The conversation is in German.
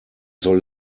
soll